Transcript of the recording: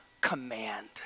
command